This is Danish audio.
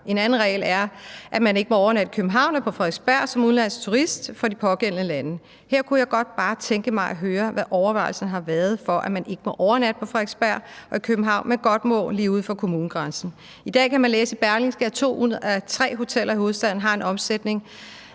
En anden regel er, at man ikke må overnatte i København og på Frederiksberg som udenlandsk turist fra de pågældende lande. Her kunne jeg bare godt tænke mig at høre, hvad overvejelsen har været, i forhold til at man ikke må overnatte på Frederiksberg og i København, men godt må lige uden for kommunegrænsen. I dag kan man læse i Berlingske, at to ud af tre hoteller i hovedstaden har en omsætning,